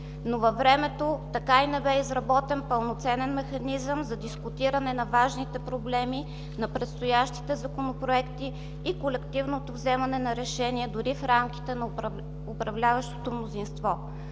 но във времето така и не бе изработен пълноценен механизъм за дискутиране на важните проблеми, на предстоящите законопроекти и колективното вземане на решения, дори в рамките на управляващото мнозинство.